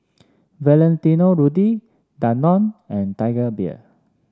Valentino Rudy Danone and Tiger Beer